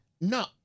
No